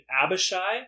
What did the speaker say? Abishai